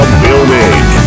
building